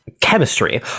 chemistry